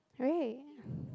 right